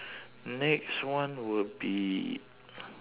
next one will be